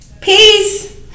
Peace